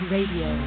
Radio